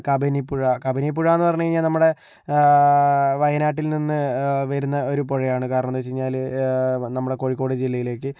കബനിപ്പുഴ കബനിപ്പുഴയെന്നു പറഞ്ഞുകഴിഞ്ഞാൽ നമ്മുടെ വയനാട്ടിൽ നിന്ന് വരുന്ന ഒരു പുഴയാണ് കാരണമെന്താണെന്നു വെച്ച് കഴിഞ്ഞാൽ നമ്മുടെ കോഴിക്കോട് ജില്ലയിലേക്ക്